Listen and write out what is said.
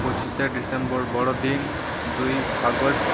ᱯᱚᱪᱤᱥᱮ December ᱵᱚᱲᱚ ᱫᱤᱱ ᱫᱩᱭ ᱟᱜᱚᱥᱴ